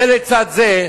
זה לצד זה,